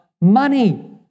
money